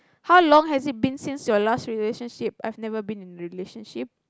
how long has it been since your last relationship I've never been in a relationship